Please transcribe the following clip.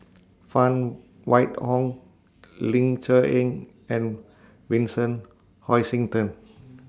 Phan Wait Hong Ling Cher Eng and Vincent Hoisington